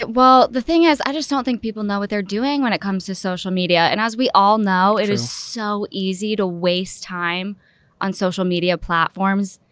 well the thing is i just don't think people know what they're doing when it comes to social media. and as we all know, it is so easy to waste time on social media platforms.